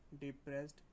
depressed